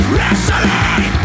Wrestling